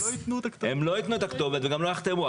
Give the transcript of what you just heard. לא ייתנו את הכתובת וגם לא יחתמו.